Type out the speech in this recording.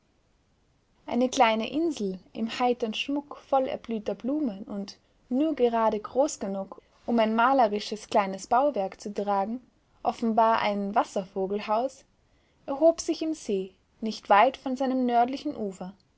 eine kleine insel im heitern schmuck vollerblühter blumen und nur gerade groß genug um ein malerisches kleines bauwerk zu tragen offenbar ein wasservogelhaus erhob sich im see nicht weit von seinem nördlichen ufer